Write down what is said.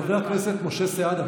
חבר הכנסת משה סעדה,